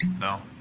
No